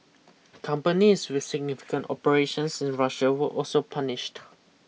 companies with significant operations in Russia were also punished